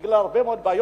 בגלל הרבה מאוד בעיות,